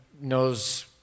knows